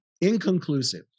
inconclusive